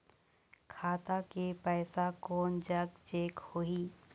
खाता के पैसा कोन जग चेक होही?